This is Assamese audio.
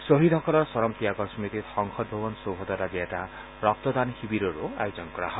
খহীদসকলৰ চৰম ত্যাগৰ স্মতিত সংসদ ভৱন চৌহদত আজি এটা ৰক্তদান শিবিৰৰো আয়োজন কৰা হয়